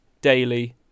daily